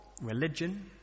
religion